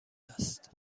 است